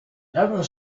never